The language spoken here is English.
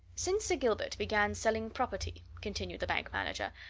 since sir gilbert began selling property, continued the bank manager,